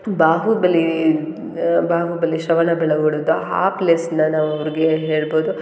ಬಾಹುಬಲಿ ಬಾಹುಬಲಿ ಶ್ರವಣ ಬೆಳಗೊಳದ ಆ ಪ್ಲೇಸನ್ನ ನಾವು ಅವ್ರಿಗೆ ಹೇಳ್ಬೋದು